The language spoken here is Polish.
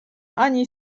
ani